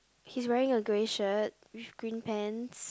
he's wearing a grey shirt with green pants